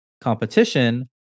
competition